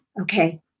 Okay